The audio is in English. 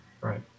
Right